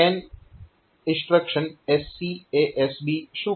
SCASB શું કરશે